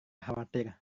khawatir